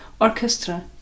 orchestra